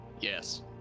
Yes